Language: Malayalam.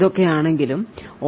ഇതൊക്കെയാണെങ്കിലും ഒ